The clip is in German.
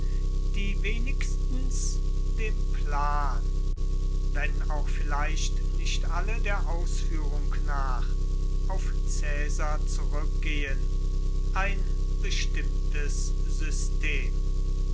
die wenigstens dem plan wenn auch vielleicht nicht alle der ausführung nach auf caesar zurückgehen ein bestimmtes system